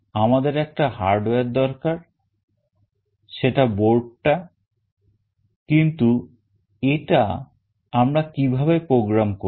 আমাদের একটা hardware দরকার সেটা board টা কিন্তু এটা আমরা কিভাবে program করব